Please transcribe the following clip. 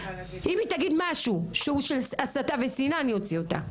אם היא תגיד משהו של הסתה ושנאה, אני אוציא אותה.